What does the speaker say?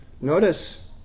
Notice